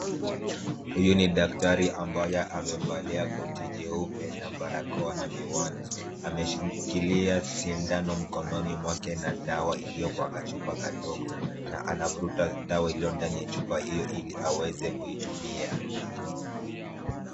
Huyu ni daktari ambaye amevalia koti jeupe na barakoa na miwani. Ameshikilia sindano mkononi mwake na dawa iliyo kwa kachupa kadogo na anavuruta dawa iliyo ndani ya chupa hiyo ili aweze kuitumia.